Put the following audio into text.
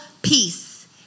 Peace